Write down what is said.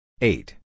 Eight